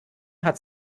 hat